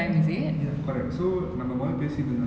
so that people can watch it on the comfort of their own homes